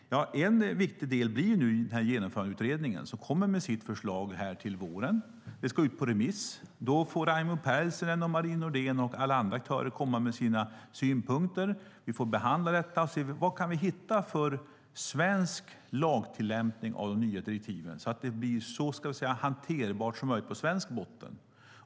En viktig del blir Genomförandeutredningen som kommer med sitt förslag till våren. Det ska ut på remiss, och då får Raimo Pärssinen, Marie Nordén och alla andra aktörer komma med sina synpunkter. Vi får behandla det och se vilken svensk lagtillämpning vi kan hitta av de nya direktiven så att det blir så hanterbart som möjligt på svensk botten.